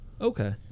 Okay